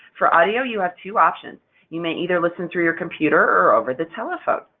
for audio, you have two options you may either listen through your computer or over the telephone.